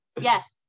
Yes